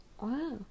Wow